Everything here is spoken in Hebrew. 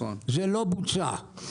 זה לא בוצע.